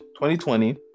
2020